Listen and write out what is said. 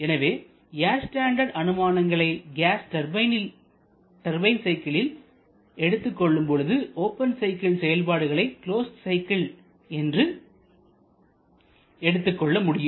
எனவே air standard அனுமானங்களை gas turbine சைக்கிளில் எடுத்துக்கொள்ளும் பொழுது ஓபன் சைக்கிள் செயல்பாடுகளை க்ளோஸ்டு சைக்கிள் என்று எடுத்துக் கொள்ள முடியும்